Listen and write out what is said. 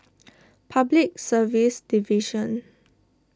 Public Service Division